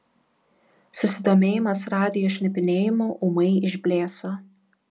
susidomėjimas radijo šnipinėjimu ūmai išblėso